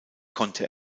konnte